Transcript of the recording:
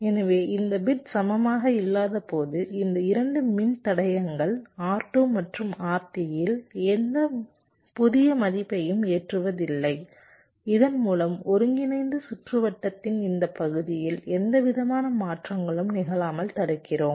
எனவே இந்த பிட் சமமாக இல்லாதபோது இந்த 2 மின்தடையங்கள் R2 மற்றும் R3 இல் எந்த புதிய மதிப்பையும் ஏற்றுவதில்லை இதன்மூலம் ஒருங்கிணைந்த சுற்றுவட்டத்தின் இந்த பகுதியில் எந்தவிதமான மாற்றங்களும் நிகழாமல் தடுக்கிறோம்